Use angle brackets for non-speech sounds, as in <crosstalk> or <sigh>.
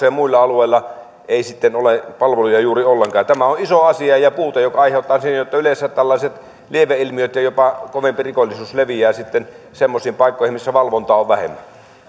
<unintelligible> ja muilla alueilla ei sitten ole palveluja juuri ollenkaan tämä on iso asia ja puute joka aiheuttaa sen että yleensä erilaiset lieveilmiöt ja jopa kovempi rikollisuus leviävät sitten semmoisiin paikkoihin missä valvontaa on vähemmän